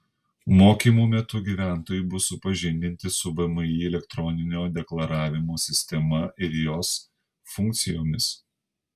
mokymų metu gyventojai bus supažindinti su vmi elektroninio deklaravimo sistema ir jos funkcijomis